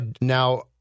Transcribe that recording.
now